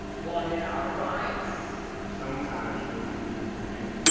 wanted our rights. sometimes, policemen would come in,